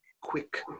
quick